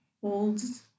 holds